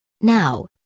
Now